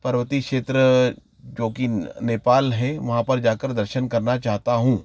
पर्वतीय क्षेत्र जो कि नेपाल है वहाँ पर जाकर दर्शन करना चाहता हूँ